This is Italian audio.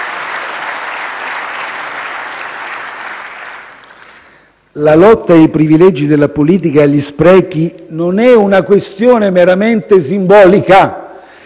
La lotta ai privilegi della politica e agli sprechi non è una questione meramente simbolica.